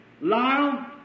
Lyle